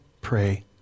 pray